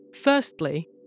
Firstly